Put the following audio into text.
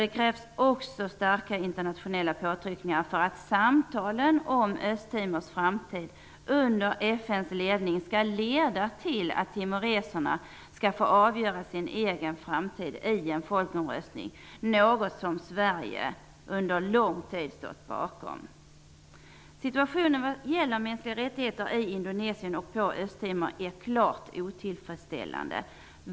Det krävs också starka internationella påtryckningar för att samtalen om Östtimors framtid under FN:s ledning skall leda fram till att timoreserna skall få avgöra sin egen framtid i en folkomröstning, något som Sverige har stått bakom under lång tid. Indonesien och på Östtimor är klart otillfredsställande.